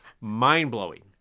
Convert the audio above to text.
mind-blowing